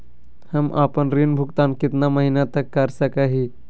हम आपन ऋण भुगतान कितना महीना तक कर सक ही?